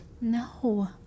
No